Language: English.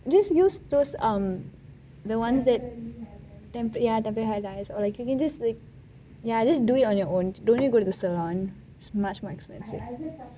just use those um the one ya temporary hair dyes or you can just like ya just do it on your own don't need to go the salon is much more expensive